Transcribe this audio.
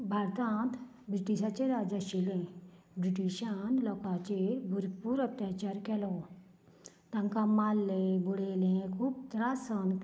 भारतांत ब्रिटीशांचे राज्य आशिल्लें ब्रिटिशान लोकांचेर भरपूर अत्याचार केलो तांकां मारल्ले बडयलें खूब त्रास जावन